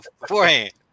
beforehand